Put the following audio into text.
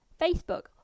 Facebook